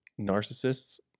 narcissists